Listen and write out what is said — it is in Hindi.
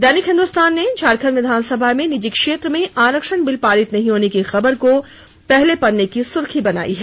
दैनिक हिन्दुस्तान ने झारखंड विधानसभा में निजी क्षेत्र में आरक्षण बिल पारित नहीं होने की खबर को पहले पन्ने की सुर्खी बनायी है